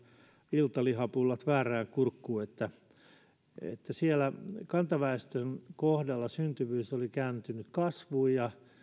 iltalihapullat väärään kurkkuun siellä kantaväestön kohdalla syntyvyys oli kääntynyt kasvuun ja